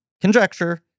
conjecture